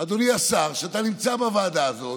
אדוני השר, שאתה נמצא בוועדה הזאת,